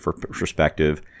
perspective